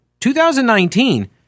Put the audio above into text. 2019